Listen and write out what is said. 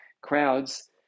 crowds